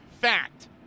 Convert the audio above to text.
Fact